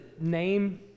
name